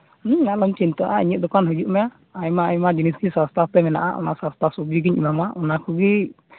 ᱦᱩᱸ ᱟᱞᱚᱢ ᱪᱤᱱᱛᱟᱹᱜᱼᱟ ᱤᱧᱟᱹᱜ ᱫᱚᱠᱟᱱ ᱦᱤᱡᱩᱜ ᱢᱮ ᱟᱭᱢᱟ ᱟᱭᱢᱟ ᱡᱤᱱᱤᱥᱜᱮ ᱥᱚᱥᱛᱟ ᱛᱮ ᱢᱮᱱᱟᱜᱼᱟ ᱚᱱᱟ ᱥᱚᱥᱛᱟ ᱥᱚᱵᱡᱤ ᱜᱤᱧ ᱮᱢᱟᱢᱟ ᱚᱱᱟ ᱠᱚᱜᱮ